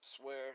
Swear